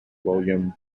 william